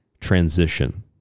transition